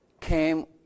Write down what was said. came